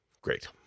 great